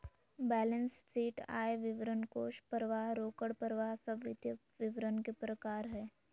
balance sheet, आय विवरण, कोष परवाह, रोकड़ परवाह सब वित्तीय विवरण के प्रकार हय